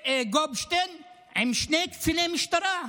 וגופשטיין עם שני קציני משטרה.